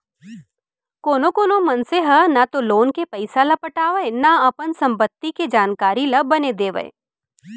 कानो कोनो मनसे ह न तो लोन के पइसा ल पटावय न अपन संपत्ति के जानकारी ल बने देवय